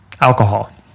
Alcohol